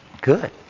Good